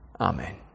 Amen